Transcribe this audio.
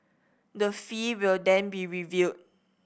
the fee will then be reviewed